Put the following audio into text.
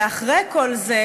ואחרי כל זה,